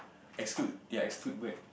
exclude ya exclude break